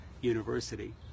University